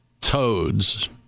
toads